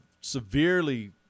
severely